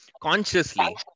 Consciously